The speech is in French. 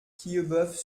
quillebeuf